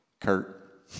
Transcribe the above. Kurt